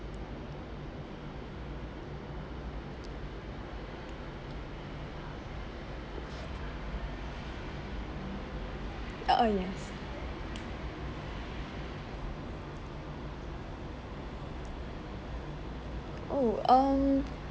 uh yes oh um